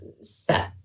set